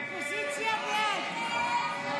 הסתייגות 1215 לא נתקבלה.